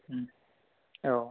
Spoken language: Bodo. औ